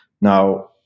Now